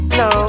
no